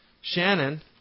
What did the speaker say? shannon